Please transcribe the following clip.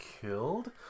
killed